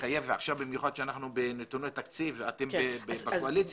לחייב במיוחד עכשיו כשאנחנו בדיוני התקציב ואתם בקואליציה.